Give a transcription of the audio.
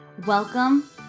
Welcome